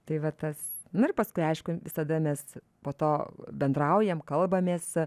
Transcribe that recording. tai va tas nu ir paskui aišku visada mes po to bendraujam kalbamės